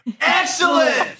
excellent